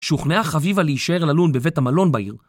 שוכנעה חביבה להישאר ללון בבית המלון בעיר.